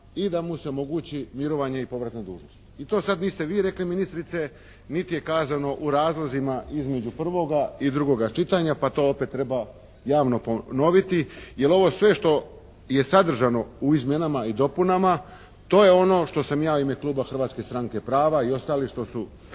i da mu se omogući mirovanje i povrat na dužnost i to sad niste vi rekli ministrice niti je kazano u razlozima između prvoga i drugoga čitanja, pa to opet treba javno ponoviti jer ovo sve što je sadržano u izmjenama i dopunama to je ono što sam ja u ime Kluba Hrvatske stranke prava i ostali što su